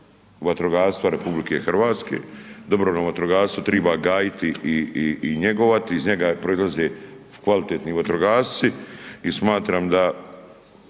vatrogastva RH. Dobrovoljno vatrogastvo triba gajiti i njegovati iz njega proizlaze kvalitetni vatrogasci i smatram da